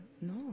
No